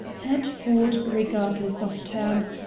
had ford, regardless of terms,